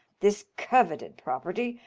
this coveted property.